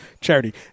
charity